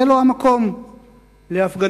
זה לא המקום להפגנות.